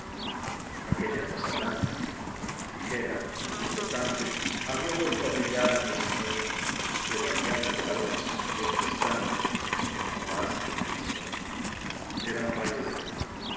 aquella cosa blanca ligera flotante había vuelto a brillar ante sus ojos pero había brillado a sus pies un instante no más que un instante era un rayo de luna